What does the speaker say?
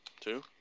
two